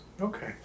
Okay